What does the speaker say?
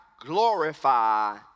glorify